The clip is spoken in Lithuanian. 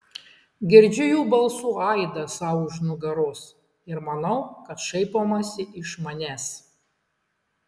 girdžiu jų balsų aidą sau už nugaros ir manau kad šaipomasi iš manęs